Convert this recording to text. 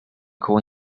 koło